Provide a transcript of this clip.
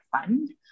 fund